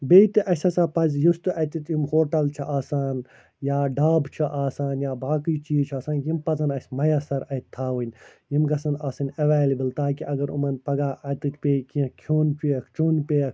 بیٚیہِ تہِ اسہِ ہَسا پَزِ یُس تہِ اَتیٚتھ یِم ہوٹَل چھِ آسان یا ڈابہٕ چھِ آسان یا باقٕے چیٖز چھِ آسان یِم پَزَن اسہِ میسر اَتہِ تھاوٕنۍ یِم گَژھَن آسٕنۍ ایٚولیبٕل تاکہِ اگر یِمَن پَگاہ اَتہِ پیٚیہِ کیٚنٛہہ کھیٛون پیٚیَکھ چیٛون پیٚیَکھ